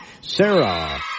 Sarah